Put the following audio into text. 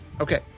Okay